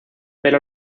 pero